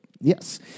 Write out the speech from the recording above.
Yes